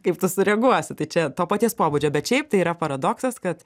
kaip tu sureaguosi tai čia to paties pobūdžio bet šiaip tai yra paradoksas kad